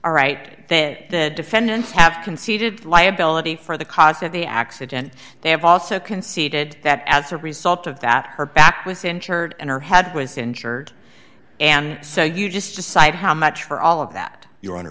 are right that the defendants have conceded liability for the cause of the accident they have also conceded that as a result of that her back was injured and her head was injured and so you just decide how much for all of that your honor